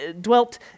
dwelt